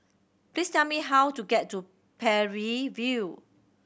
please tell me how to get to Parry View